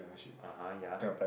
(uh huh) ya